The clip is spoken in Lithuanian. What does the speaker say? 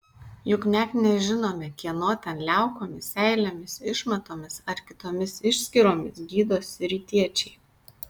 juk net nežinome kieno ten liaukomis seilėmis išmatomis ar kitomis išskyromis gydosi rytiečiai